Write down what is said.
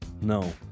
No